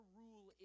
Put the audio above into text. rule